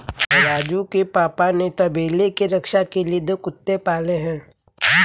राजू के पापा ने तबेले के रक्षा के लिए दो कुत्ते पाले हैं